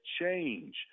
change